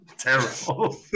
Terrible